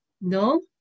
no